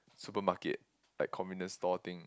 supermarket like convenient store thing